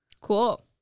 Cool